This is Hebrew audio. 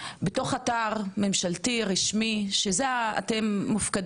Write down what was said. שאתם מופקדים על הדבר הזה להנגיש להם את המידע הבסיסי.